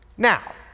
Now